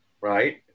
right